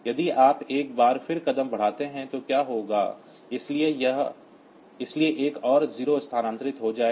यदि आप एक बार फिर कदम बढ़ाते हैं तो क्या होगा इसलिए एक और 0 स्थानांतरित हो जाता है